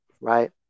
right